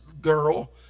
girl